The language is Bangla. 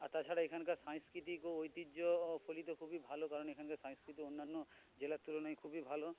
আর তাছাড়া এখানকার সাংস্কৃতিক ও ঐতিহ্য ও ফলিত খুবই ভালো কারণ এখানকার সংস্কৃতি অন্যান্য জেলার তুলনায় খুবই ভালো